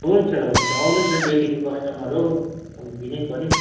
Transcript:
हुन्छ हुन्छ आउनुहोस् न डेल्लीको कस्टमर हो कम्ती नै पर्यो